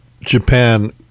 Japan